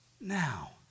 now